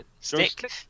stick